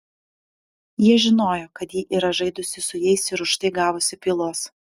jie žinojo kad ji yra žaidusi su jais ir už tai gavusi pylos